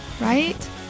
right